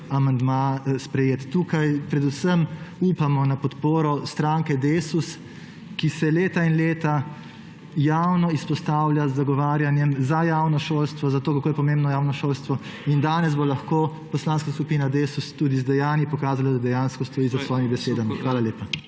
amandma sprejet. Tukaj predvsem upamo na podporo stranke Desus, ki se leta in leta javno izpostavlja z zagovarjanjem za javno šolstvo, za to, kako je pomembno javno šolstvo, in danes bo lahko Poslanska skupina Desus tudi z dejanji pokazala, da dejansko stoji za svojimi besedami. PREDSEDNIK